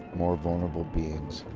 more vulnerable beings.